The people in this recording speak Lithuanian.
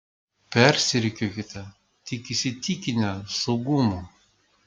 persirikiuokite tik įsitikinę saugumu